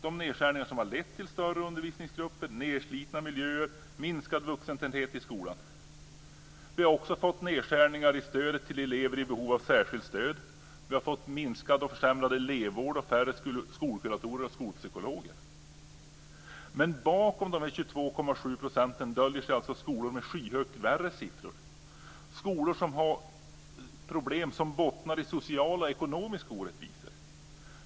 De nedskärningarna har lett till större undervisningsgrupper, nedslitna miljöer och minskad vuxentäthet i skolan. Vi har också fått nedskärningar i stödet till elever i behov av särskilt stöd, minskad och försämrad elevvård och färre skolkuratorer och skolpsykologer. Bakom de 22,7 procenten döljer sig alltså skolor med skyhögt värre siffror, skolor som har problem som bottnar i sociala och ekonomiska orättvisor.